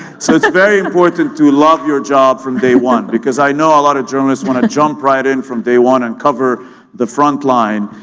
so it's very important to love your job from day one because i know a lot of journalists wanna jump right in from day one and cover the frontline.